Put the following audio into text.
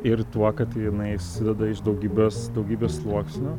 ir tuo kad jinai susideda iš daugybės daugybės sluoksnių